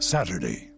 Saturday